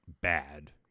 bad